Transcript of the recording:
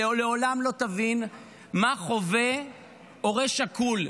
לעולם לא תבין מה חווה הורה שכול,